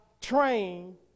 train